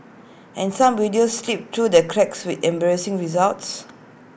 and some videos slip through the cracks with embarrassing results